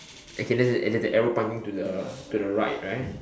okay then then there's an arrow pointing to the to the right right